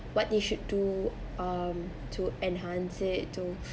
what you should do um to enhance it to